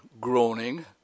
groaning